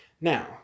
Now